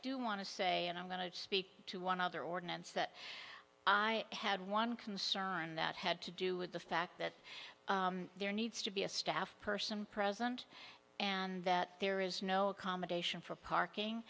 do want to say and i'm going to speak to one other ordinance that i had one concern and that had to do with the fact that there needs to be a staff person present and that there is no accommodation for parking